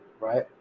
right